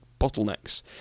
bottlenecks